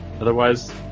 otherwise